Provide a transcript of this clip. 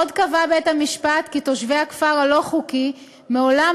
עוד קבע בית-המשפט כי תושבי הכפר הלא-חוקי מעולם